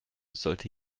sollte